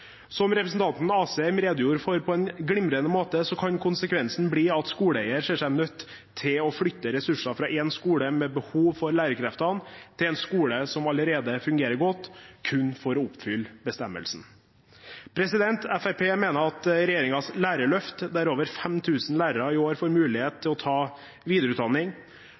Som representanten Asheim redegjorde for på en glimrende måte, kan konsekvensen bli at skoleeier ser seg nødt til å flytte ressurser fra én skole med behov for lærerkreftene til en skole som allerede fungerer godt, kun for å oppfylle bestemmelsen. Fremskrittspartiet mener at regjeringens lærerløft, der over 5 000 lærere i år får mulighet til å ta videreutdanning,